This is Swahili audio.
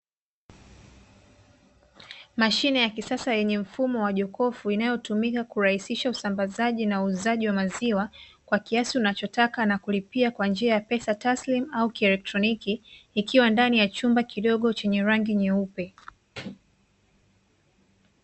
Mashine ya kisasa yenye mfumo wa jokofu, inayotumika kurahisisha usambazaji na uuuzaji wa maziwa kwa kiasi unachotaka na kulipia kwa njia ya pesa taslimu au kielektroniki, ikiwa ndani ya chumba kidogo chenye rangi nyeupe.